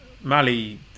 Mali